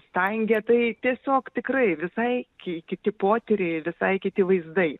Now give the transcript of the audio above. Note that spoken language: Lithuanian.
stangė tai tiesiog tikrai visai ki kiti potyriai visai kiti vaizdai